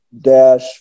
dash